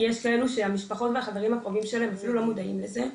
כי יש כאלה שהמשפחות והחברים הקרובים שלהם אפילו לא מודעים לזה.